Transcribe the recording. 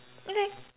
okay